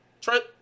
Trent